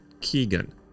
Keegan